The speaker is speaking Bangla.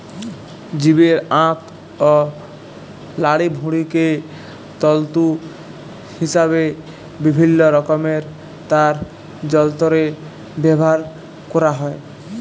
জীবের আঁত অ লাড়িভুঁড়িকে তল্তু হিসাবে বিভিল্ল্য রকমের তার যল্তরে ব্যাভার ক্যরা হ্যয়